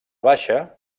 baixa